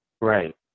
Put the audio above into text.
Right